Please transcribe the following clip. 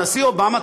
הנשיא אובמה,